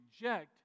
reject